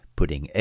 putting